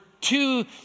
two